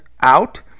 out